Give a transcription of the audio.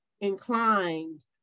inclined